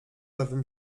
lewym